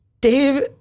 Dave